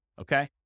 Okay